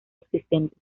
existentes